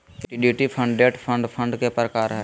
equity fund, debt fund fund के प्रकार हय